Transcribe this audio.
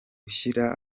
gushyira